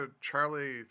Charlie